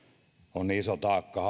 on iso taakka